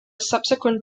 subsequent